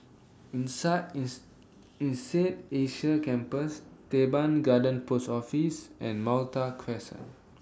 Insead Asia Campus Teban Garden Post Office and Malta Crescent